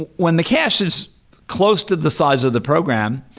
and when the cache is close to the size of the program,